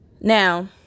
Now